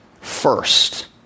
first